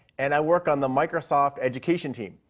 and i work on the microsoft education team.